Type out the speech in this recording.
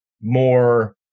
more